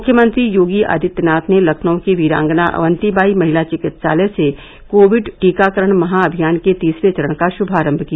मुख्यमंत्री योगी आदित्यनाथ ने लखनऊ के वीरांगना अवन्तीबाई महिला चिकित्सालय से कोविड टीकाकरण महाभियान के तीसरे चरण का शुमारम्भ किया